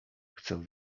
chcę